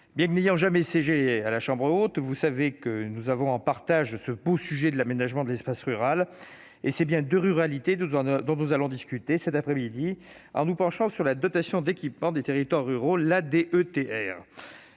Bien que je n'aie jamais siégé à la chambre haute, nous avons en partage, vous le savez, ce beau sujet de l'aménagement de l'espace rural. Et c'est bien de ruralité que nous allons discuter cette après-midi, en nous penchant sur la dotation d'équipement des territoires ruraux, la DETR.